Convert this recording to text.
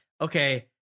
okay